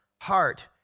heart